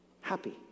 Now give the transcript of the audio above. Happy